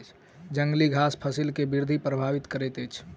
जंगली घास फसिल के वृद्धि प्रभावित करैत अछि